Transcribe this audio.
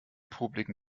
popeligen